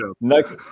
Next